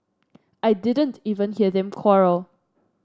I didn't even hear them quarrel